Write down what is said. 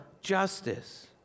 justice